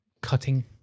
cutting